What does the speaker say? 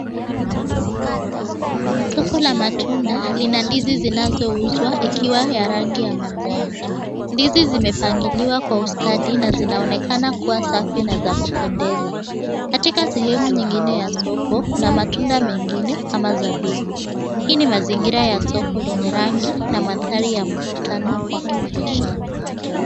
Soko la matunda lina ndizi zinazouzwa ikiwa ya rangi ya kijani. Ndizi zimepangiliwa kwa ustadi na zinaonekana kuwa safi na za kupendeza. Katika sehemu nyingine ya soko kuna matunda mengine kama zabibu. Hii ni mazingira ya soko lenye rangi na maanthary ya mvutano wa kibiashara.